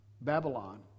Babylon